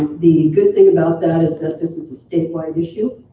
the good thing about that is this is a statewide issue